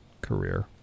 career